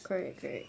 correct correct